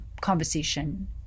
conversation